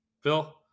Phil